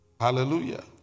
Hallelujah